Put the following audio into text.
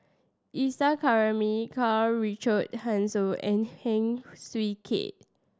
Isa Kamari Karl Richard Hanitsch and Heng Swee Keat